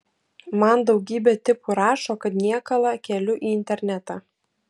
man daugybė tipų rašo kad niekalą keliu į internetą